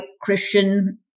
Christian